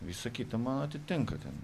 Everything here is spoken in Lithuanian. visa kita mano atitinka ten